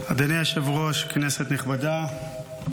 אדוני היושב-ראש, כנסת נכבדה,